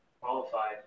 qualified